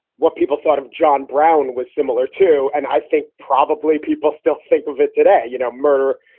what people thought of john brown was similar to and i think probably people still think of it today. you know, murder,